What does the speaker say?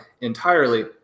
entirely